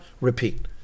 repeat